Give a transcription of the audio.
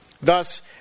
Thus